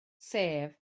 sef